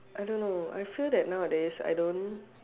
I don't know I feel that nowadays I don't